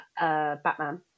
Batman